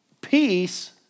peace